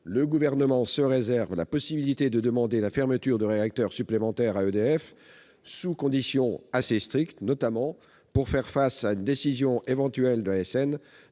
le Gouvernement se réserve la possibilité de demander la fermeture de réacteurs supplémentaires à EDF sous conditions assez strictes, notamment pour faire face à une décision éventuelle de l'ASN